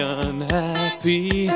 unhappy